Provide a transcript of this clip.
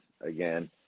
again